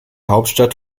hauptstadt